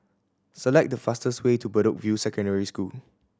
select the fastest way to Bedok View Secondary School